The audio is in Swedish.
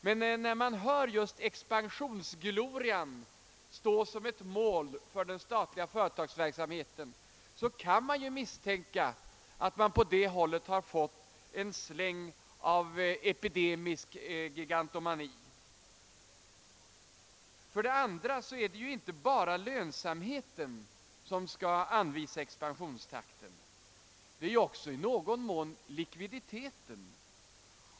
Men när expansionsglorian tydligen står som ett mål för den statliga företagsamheten, kan det misstänkas att man på det hållet har fått en släng av epidemisk gigantomani. För det andra är det inte bara lönsamheten som skall anvisa expansionstakten, utan också i någon mån likviditeten.